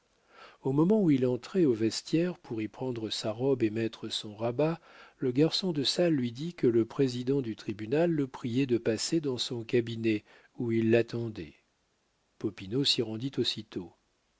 au moment où il entrait au vestiaire pour y prendre sa robe et mettre son rabat le garçon de salle lui dit que le président du tribunal le priait de passer dans son cabinet où il l'attendait popinot s'y rendit aussitôt